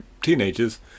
teenagers